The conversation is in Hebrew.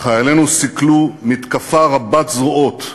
חיילינו סיכלו מתקפה רבת זרועות,